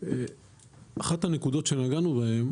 אחת הנקודות שנגענו בהן,